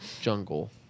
jungle